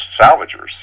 salvagers